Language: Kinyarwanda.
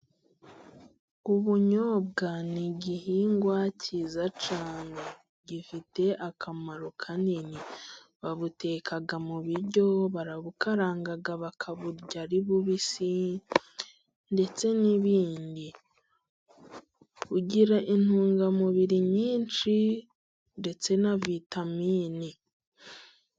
Ubunyobwa n'igihingwa cyiza cyane, gifite akamaro kanini babuteka mubiryo, barabubukaranga, bakaburya ari bubisi ndetse n'ibindi, bugira intungamubiri nyinshi ndetse na vitaminini.